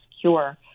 cure